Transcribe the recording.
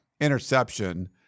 interception